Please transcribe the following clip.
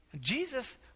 Jesus